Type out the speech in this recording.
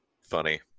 funny